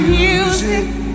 music